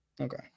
Okay